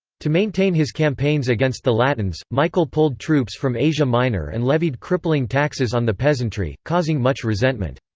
to maintain his campaigns against the latins, michael pulled troops from asia minor and levied crippling taxes on the peasantry, causing much resentment.